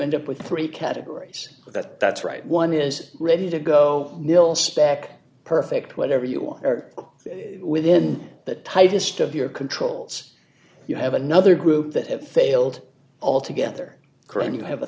end up with three categories that that's right one is ready to go mil spec d perfect whatever you are within the tightest of your controls you have another group that have failed altogether correct you have a